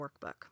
workbook